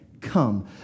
come